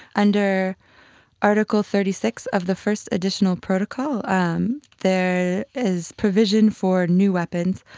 under article thirty six of the first additional protocol um there is provision for new weapons.